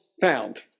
found